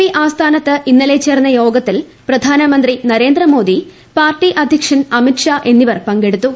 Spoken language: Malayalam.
പി ആസ്ഥാനത്ത് ഇന്നലെ ചേർന്ന യോഗത്തിൽ പ്രധാനമന്ത്രി നരേന്ദ്രമോദി പാർട്ടി അധ്യക്ഷൻ അമിത് ഷാ എന്നിവർ പങ്കെടുത്തു